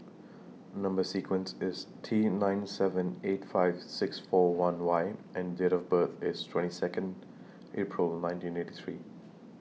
Number sequence IS T nine seven eight five six four one Y and Date of birth IS twenty Second April nineteen eighty three